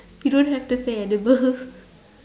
you don't have to say edible